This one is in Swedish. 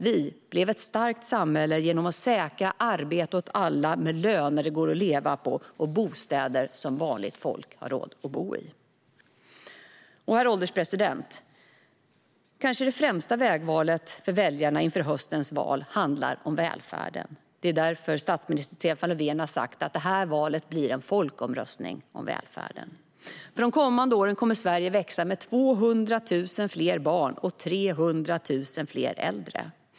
Vi blev ett starkt samhälle genom att säkra arbete åt alla med löner som det går att leva på och bostäder som vanligt folk har råd att bo i. Herr ålderspresident! Kanske det främsta vägvalet för väljarna inför höstens val handlar om välfärden. Det är därför som statsminister Stefan Löfven har sagt att det här valet blir en folkomröstning om välfärden. Under de kommande åren kommer Sverige att växa med 200 000 fler barn och 300 000 fler äldre.